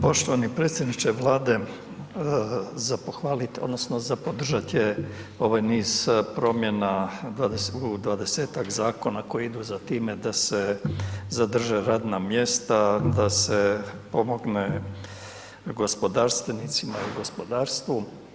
Poštovani predsjedniče Vlade, za pohvalit odnosno za podržat je ovaj niz promjena u 20-tak zakona koji idu za time da se zadrže radna mjesta, da se pomogne gospodarstvenicima i gospodarstvu.